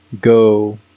go